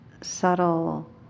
subtle